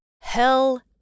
Hell